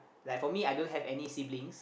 like for me I don't have any siblings